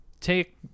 take